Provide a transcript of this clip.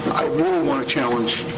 really wanna challenge